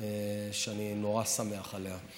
שאני נורא שמח עליה.